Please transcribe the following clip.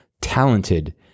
talented